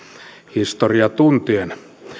historian tuntien